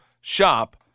shop